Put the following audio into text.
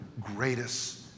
greatest